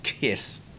Yes